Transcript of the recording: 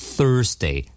Thursday